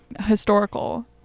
Historical